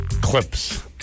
clips